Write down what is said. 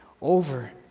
over